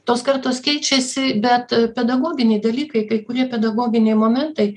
tos kartos keičiasi bet pedagoginiai dalykai kai kurie pedagoginiai momentai